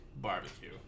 Barbecue